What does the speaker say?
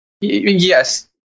Yes